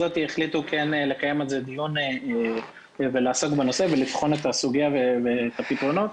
החליטו כן לקיים את זה ולעסוק בנושא ולבחון את הסוגיה ואת הפתרונות,